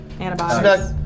antibiotics